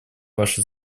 ваше